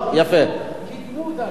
חבר הכנסת עמיר,